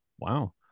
Wow